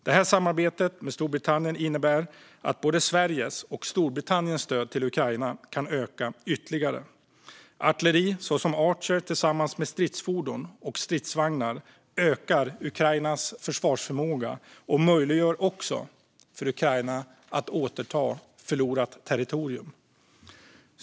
Det här samarbetet med Storbritannien innebär att både Sveriges och Storbritanniens stöd till Ukraina kan öka ytterligare. Artilleri såsom Archer tillsammans med stridsfordon och stridsvagnar ökar Ukrainas försvarsförmåga och möjliggör också för Ukraina att återta förlorat territorium.